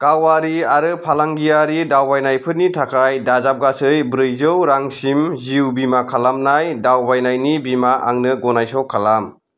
गावारि आरो फालांगियारि दावबायनायफोरनि थाखाय दाजाबगासै ब्रैजौ रां सिम जिउ बीमा खालामनाय दावबायनायनि बीमा आंनो गनायस' खालाम